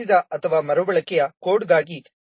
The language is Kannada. ರಚಿಸಿದ ಅಥವಾ ಮರುಬಳಕೆಯ ಕೋಡ್ಗಾಗಿ